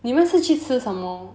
你们是去吃什么